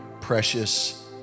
precious